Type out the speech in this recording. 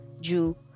Jew